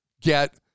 get